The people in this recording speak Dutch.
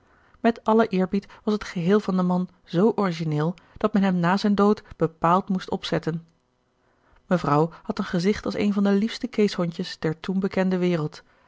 met allen eerbied was het geheel van den man zoo origineel dat men hem na zijn dood bepaald moest opzetten mevrouw had een gezigt als een van de liefste keeshondjes der toen bekende wereld